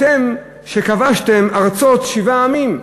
אתם שכבשתם ארצות שבעה עמים,